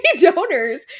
donors